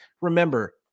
remember